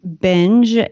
binge